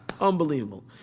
unbelievable